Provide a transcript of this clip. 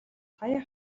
саяын